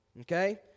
Okay